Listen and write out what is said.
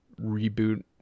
reboot